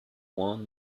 won